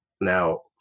Now